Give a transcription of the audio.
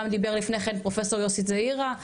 גם דיבר לפני כן פרופסור יוסי זעירא,